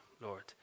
Lord